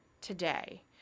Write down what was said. today